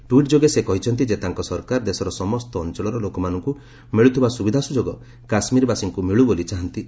tweet ଯୋଗେ ସେ କହିଛନ୍ତି ଯେ ତାଙ୍କ ସରକାର ଦେଶର ସମସ୍ତ ଅଞ୍ଚଳର ଲୋକମାନଙ୍କୁ ମିଳୁଥିବା ସୁବିଧା ସୁଯୋଗ କାଶ୍ମୀରବାସୀଙ୍କୁ ମିଳୁବୋଲି ଚାହାନ୍ତି